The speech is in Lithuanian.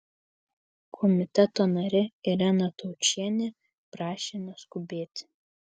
komiteto narė irena taučienė prašė neskubėti